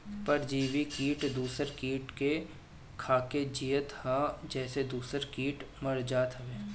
परजीवी किट दूसर किट के खाके जियत हअ जेसे दूसरा किट मर जात हवे